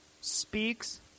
speaks